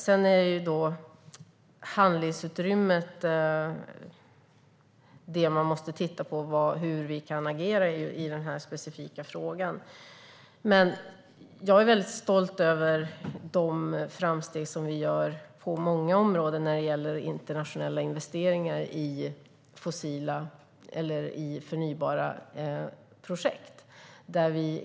Sedan måste man titta på handlingsutrymmet i den specifika frågan. Jag är väldigt stolt över de framsteg vi gör på många områden när det gäller internationella investeringar i projekt som gäller det förnybara.